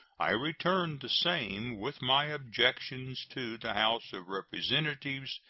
i return the same with my objections to the house of representatives,